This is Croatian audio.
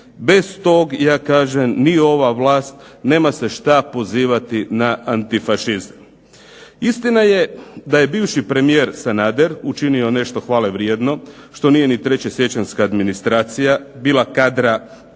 Bez tog ja kažem ni ova vlast nema se šta pozivati na antifašizam. Istina je da je bivši premijer Sanader učinio nešto hvale vrijedno što nije ni trećesiječanjska administracija bila kadra, ne znam